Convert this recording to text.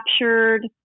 captured